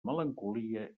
melancolia